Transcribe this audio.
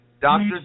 Doctors